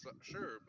sure